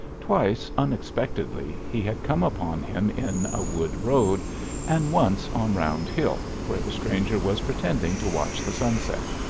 twice, unexpectedly, he had come upon him in a wood road and once on round hill where the stranger was pretending to watch the sunset.